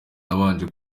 nabanje